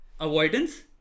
avoidance